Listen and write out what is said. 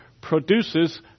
produces